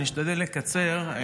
אשתדל לקצר.